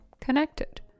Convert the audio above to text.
connected